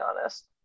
honest